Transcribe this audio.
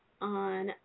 on